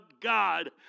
God